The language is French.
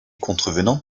contrevenants